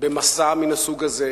במסע מן הסוג הזה,